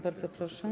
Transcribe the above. Bardzo proszę.